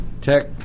tech